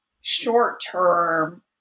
short-term